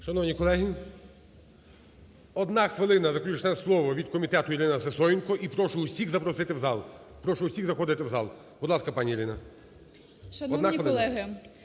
Шановні колеги, одна хвилина, заключне слово від комітету, Ірина Сисоєнко. І прошу усіх запросити в зал. Прошу усіх заходити в зал. Будь ласка, пані Ірино.